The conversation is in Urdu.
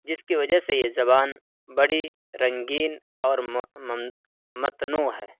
جس کی وجہ سے یہ زبان بڑی رنگین اور متنوع ہے